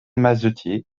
mazetier